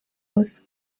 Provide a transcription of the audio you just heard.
yose